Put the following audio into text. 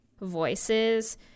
voices